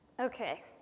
Okay